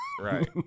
Right